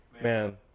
man